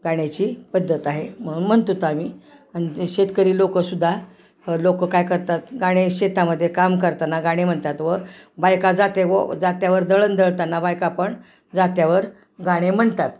गाण्याची पद्धत आहे म्हणून म्हणतो तो आम्ही आणि जे शेतकरी लोकंसुद्धा लोकं काय करतात गाणे शेतामध्येे काम करताना गाणे म्हणतात व बायका जाते व जात्यावर दळण दळताना बायका पण जात्यावर गाणे म्हणतात